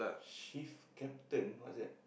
shift captain what's that